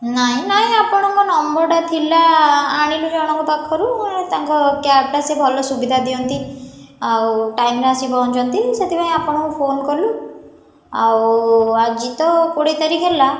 ନାଇଁ ନାଇଁ ଆପଣଙ୍କ ନମ୍ବରଟା ଥିଲା ଆଣିଲୁ ଜଣଙ୍କ ପାଖରୁ ତାଙ୍କ କ୍ୟାବ୍ଟା ସେ ଭଲ ସୁବିଧା ଦିଅନ୍ତି ଆଉ ଟାଇମ୍ରେ ଆସି ପହଞ୍ଚନ୍ତି ସେଥିପାଇଁ ଆପଣଙ୍କୁ ଫୋନ୍ କଲୁ ଆଉ ଆଜି ତ କୋଡ଼ିଏ ତାରିଖ ହେଲା